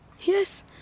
Yes